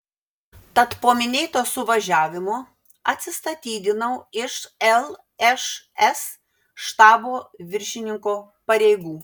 tad po minėto suvažiavimo atsistatydinau iš lšs štabo viršininko pareigų